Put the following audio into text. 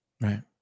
Right